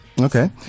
Okay